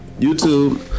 YouTube